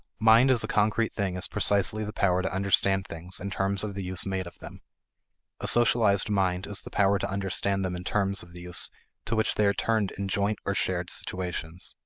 mind as a concrete thing is precisely the power to understand things in terms of the use made of them a socialized mind is the power to understand them in terms of the use to which they are turned in joint or shared situations.